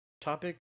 topic